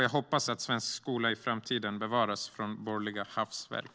Jag hoppas att svensk skola i framtiden bevaras från borgerliga hafsverk.